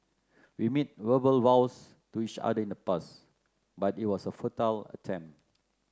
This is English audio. we made verbal vows to each other in the past but it was a futile attempt